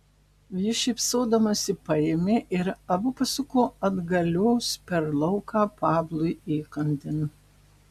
ji šypsodamasi paėmė ir abu pasuko atgalios per lauką pablui įkandin